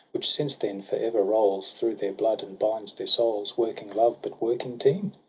which since then for ever rolls through their blood, and binds their souls, working love, but working teen?